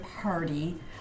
party